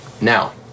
Now